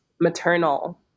maternal